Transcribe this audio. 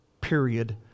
Period